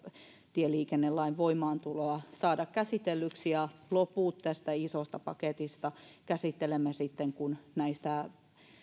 tieliikennelain voimaantuloa saada käsitellyiksi ja loput tästä isosta paketista käsittelemme sitten kun näistä